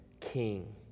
king